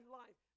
life